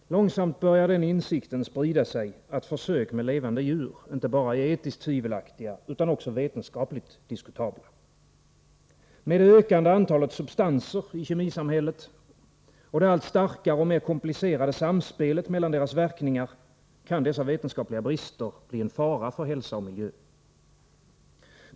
Herr talman! Långsamt börjar den insikten sprida sig, att försök med levande djur inte bara är etiskt tvivelaktiga utan också vetenskapligt diskutabla. Med det ökande antalet substanser i kemisamhället och det allt starkare och mer komplicerade samspelet mellan deras verkningar kan dessa vetenskapliga brister bli en fara för hälsa och miljö.